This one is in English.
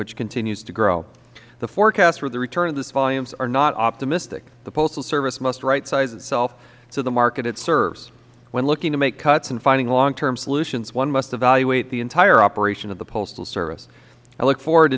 which continues to grow the forecast for the return of these volumes are not optimistic the postal service must right size itself to the market it serves when looking to make cuts and finding long term solutions one must evaluate the entire operation of the postal service i look forward